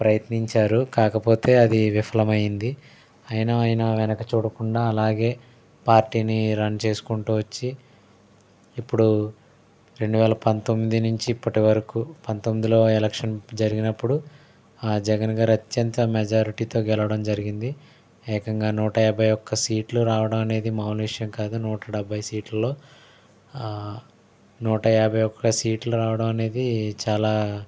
ప్రయత్నించారు కాకపోతే అది విఫలమైంది అయినా ఆయన వెనక చూడకుండా అలాగే పార్టీని రన్ చేసుకుంటూ వచ్చి ఇప్పుడు రెండు వేల పంతొమ్మిది నుంచి ఇప్పటివరకు పంతొమ్మిదిలో ఎలక్షన్ జరిగినప్పుడు జగన్ గారు అత్యంత మెజారిటీతో గెలవడం జరిగింది ఏకంగా నూట యాభై ఒక్క సీట్లు రావడం అనేది మామూలు విషయం కాదు కాదు నూట డెబ్భై సీట్లో నూట యాభై ఒక్క సీట్లు రావడం అనేది చాలా